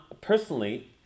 personally